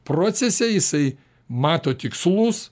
procese jisai mato tikslus